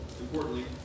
importantly